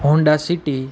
Honda city